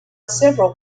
several